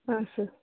ಹಾಂ ಸರ್